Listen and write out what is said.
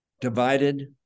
Divided